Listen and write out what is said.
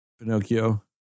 Pinocchio